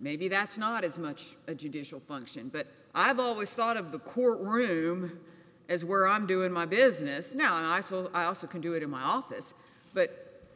maybe that's not as much a judicial function but i've always thought of the courtroom as where i'm doing my business now i saw i also can do it in my office but